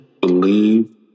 believe